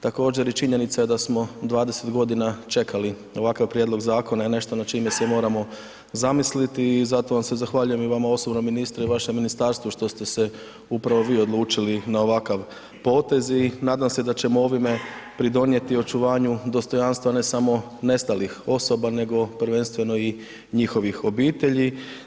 Također i činjenica je da smo i 20 g. čekali ovakav prijedlog zakona, je nešto na čime se moramo zamisliti i zato vam se zahvaljujem i vama osobno ministre i vaše ministarstvo što ste se upravo vi odlučili na ovakav potez i nadam se da ćemo ovim pridonijeti očuvanju dostojanstva ne samo nestalih osoba, nego prvenstveno i njihovih obitelji.